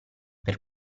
per